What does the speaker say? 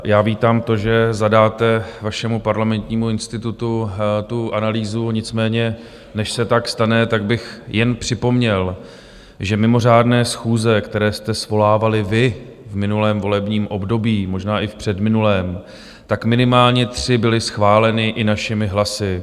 Já vítám to, že zadáte vašemu Parlamentnímu institutu tu analýzu, nicméně než se tak stane, tak bych jen připomněl, že mimořádné schůze, které jste svolávali vy v minulém volebním období, možná i v předminulém, tak minimálně tři byly schváleny i našimi hlasy.